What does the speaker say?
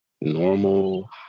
normal